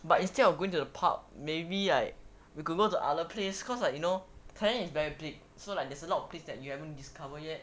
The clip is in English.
but instead of going to the pub maybe like we could go to other place cause like you know thailand is very big so like there's a lot of places that you haven't discover yet